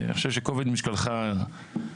אני חושב שכובד משקלך יוטל